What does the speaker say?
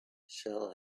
shall